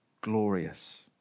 glorious